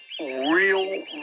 real